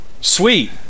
sweet